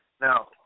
Now